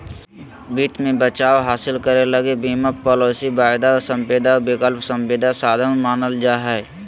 वित्त मे बचाव हासिल करे लगी बीमा पालिसी, वायदा संविदा, विकल्प संविदा साधन मानल जा हय